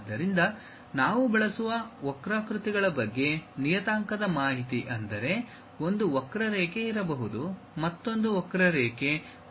ಆದ್ದರಿಂದ ನಾವು ಬಳಸುವ ವಕ್ರಾಕೃತಿಗಳ ಬಗ್ಗೆ ನಿಯತಾಂಕದ ಮಾಹಿತಿ ಅಂದರೆ ಒಂದು ವಕ್ರರೇಖೆ ಇರಬಹುದು ಮತ್ತೊಂದು ವಕ್ರರೇಖೆಯಿದೆ